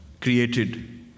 created